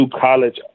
college